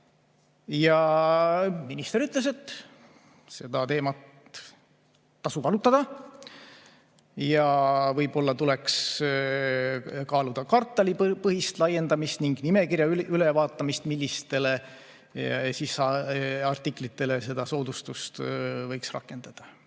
Minister ütles, et seda teemat tasub arutada ja võib-olla tuleks kaaluda kvartalipõhist laiendamist ning nimekirja ülevaatamist, millistele artiklitele seda soodustust võiks rakendada.